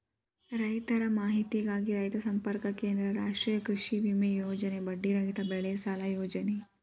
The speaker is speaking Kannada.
ರೈತರ ಮಾಹಿತಿಗಾಗಿ ರೈತ ಸಂಪರ್ಕ ಕೇಂದ್ರ, ರಾಷ್ಟ್ರೇಯ ಕೃಷಿವಿಮೆ ಯೋಜನೆ, ಬಡ್ಡಿ ರಹಿತ ಬೆಳೆಸಾಲ ಯೋಜನೆ